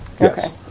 Yes